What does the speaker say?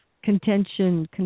Contention